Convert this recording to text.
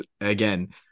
again